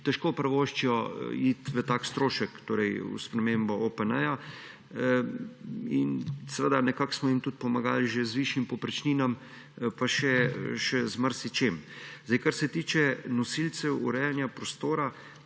težko privoščijo iti v tak strošek, torej v spremembo OPN, in seveda nekako smo jim tudi pomagali že z višjimi povprečninami pa še z marsičem. Kar se tiče nosilcev urejanja prostora,